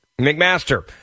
McMaster